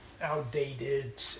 outdated